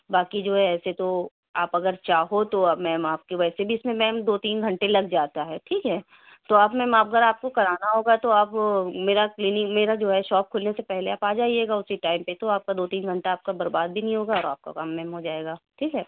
باقی جو ہے ایسے تو آپ اگر چاہو تو میم آپ کی وجہ سے بھی اِس میں میم دو تین گھنٹے لگ جاتا ہے ٹھیک ہے تو آپ میم اگر آپ کو کرانا ہوگا تو آپ میرا کلینک میرا جو ہے شاپ کُھلنے سے پہلے آپ آجائیے گا اسی ٹائم پہ تو آپ کا دو تین گھنٹہ آپ کا برباد بھی نہیں ہوگا اور آپ کا کام میم ہوجائے گا ٹھیک ہے